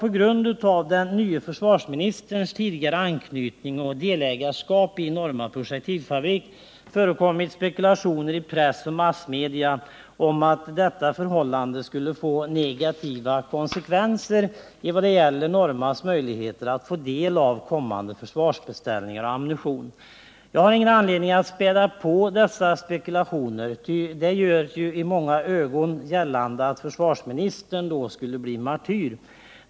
På grund av den nye försvarsministerns tidigare delägarskap i AB Norma Projektilfabrik har det förekommit spekulationer i massmedia om att detta förhållande skulle få negativa konsekvenser i vad gäller Normas möjligheter att få del av kommande försvarsbeställningar av ammunition. Jag har ingen anledning att späda på dessa spekulationer. Det görs av många gällande att försvarsministern då skulle bli martyr.